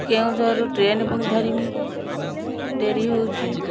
କେଉଁଝର ରୁ ଟ୍ରେନ ପୁଣି ଧରିମି ଡେରି ହଉଛି